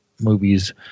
Movies